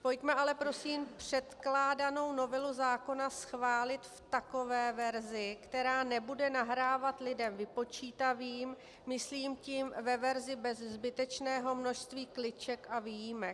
Pojďme ale prosím předkládanou novelu zákona schválit v takové verzi, která nebude nahrávat lidem vypočítavým, myslím tím ve verzi bez zbytečného množství kliček a výjimek.